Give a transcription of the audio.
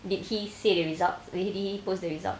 did he say the results eh did he post the result